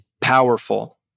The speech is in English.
powerful